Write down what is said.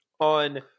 On